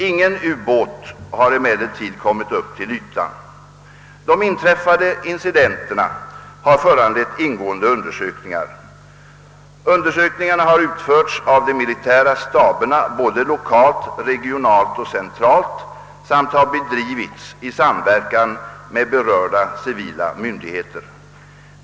Ingen ubåt har emellertid kommit upp till ytan. De inträffade incidenterna har föranlett ingående undersökningar. Undersökningarna har utförts av de militära staberna både lokalt, regionalt och centralt samt har bedrivits i samverkan med berörda civila myndigheter.